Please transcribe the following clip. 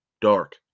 Dark